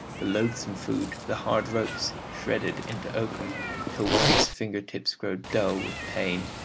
the loathsome food, the hard ropes shredded into oakum till one's finger-tips grow dull with pain,